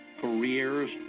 careers